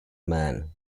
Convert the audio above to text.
man